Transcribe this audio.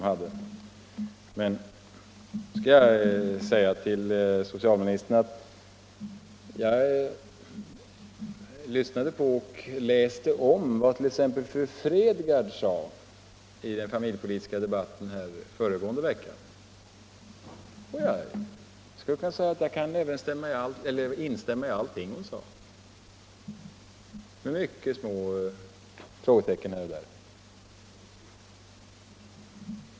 Jag kan tala om för socialministern att jag lyssnade på och har nu läst vad t.ex. fru Fredgardh sade i den familjepolitiska debatten föregående vecka och att jag skulle kunna instämma i allt vad hon sade, med mycket små frågetecken här och där.